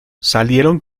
salieron